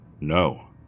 No